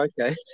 Okay